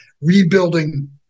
rebuilding